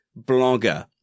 blogger